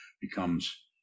becomes